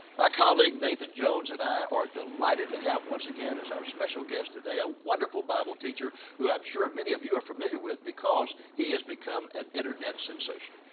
my colleague, nathan jones, and i are delighted to have once again as our special guest today a wonderful bible teacher who i am sure many of you are familiar with because he has become an internet sensation.